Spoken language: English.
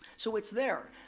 so it's there.